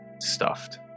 stuffed